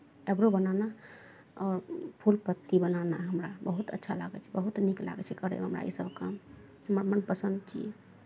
eyebrow बनाना आओर फूल पत्ती बनाना हमरा बहुत अच्छा लागै छै बहुत नीक लागै छै करयमे हमरा इसभ काम हमर मनपसन्द छियै